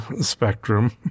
spectrum